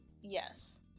Yes